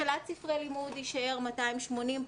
השאלת ספרי לימוד, הסכום יישאר 280 שקלים.